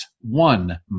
one